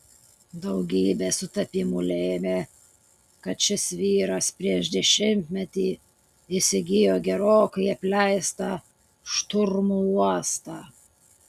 daugybė sutapimų lėmė kad šis vyras prieš dešimtmetį įsigijo gerokai apleistą šturmų uostą